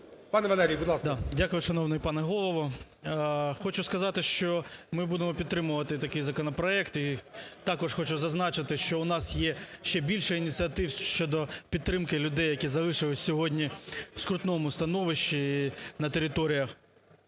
Дякую, шановний пане Голово. Хочу сказати, що ми будемо підтримувати такий законопроект і також хочу зазначити, що є ще більше ініціатив щодо підтримки людей, які залишилися сьогодні в скрутному становищі на територіях